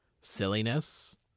silliness